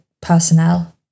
personnel